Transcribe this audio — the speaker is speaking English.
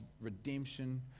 redemption